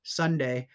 sunday